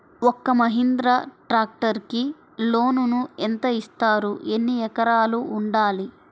ఒక్క మహీంద్రా ట్రాక్టర్కి లోనును యెంత ఇస్తారు? ఎన్ని ఎకరాలు ఉండాలి?